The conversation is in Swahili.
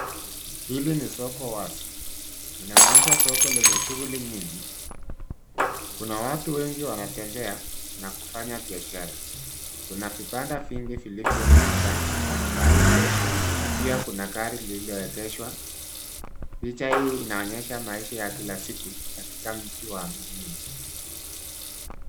Hili ni soko wazi. Inaonyesha soko lenye shughuli nyingi. Kuna watu wengi wanatembea na kufanya biashara, kuna vibanda vingi vilivyo na bidhaa mbalimbali na pia kuna gari lililoegeshwa . Picha hii inaonyesha maisha ya kila siku katika mji huu.